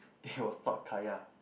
it was thought kaya